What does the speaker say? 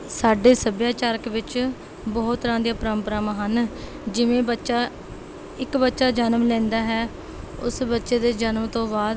ਸਾਡੇ ਸੱਭਿਆਚਾਰਕ ਵਿੱਚ ਬਹੁਤ ਤਰ੍ਹਾਂ ਦੀਆਂ ਪਰੰਪਰਾਵਾਂ ਹਨ ਜਿਵੇਂ ਬੱਚਾ ਇੱਕ ਬੱਚਾ ਜਨਮ ਲੈਂਦਾ ਹੈ ਉਸ ਬੱਚੇ ਦੇ ਜਨਮ ਤੋਂ ਬਾਅਦ